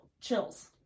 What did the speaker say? chills